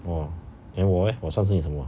!wah! then 我 eh 我算是你什么